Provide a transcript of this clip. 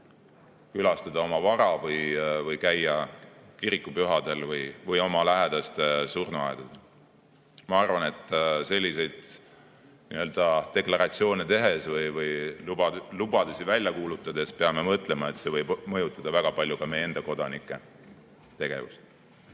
külastada oma vara või käia kirikupühadel või surnuaial oma lähedaste [haudadel]? Ma arvan, et selliseid deklaratsioone tehes või lubadusi välja kuulutades peame mõtlema, et see võib mõjutada väga palju ka meie enda kodanike tegevust.